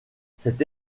cette